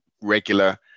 regular